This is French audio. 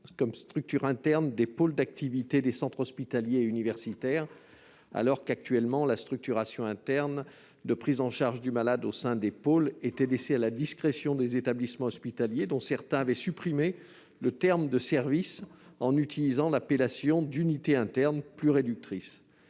comme structure interne des pôles d'activité des centres hospitaliers et universitaires, alors que, jusqu'alors, la structuration interne de prise en charge du malade au sein des pôles était laissée à la discrétion des établissements hospitaliers, dont certains avaient supprimé le terme « service », en utilisant l'appellation « unité interne », plus réductrice.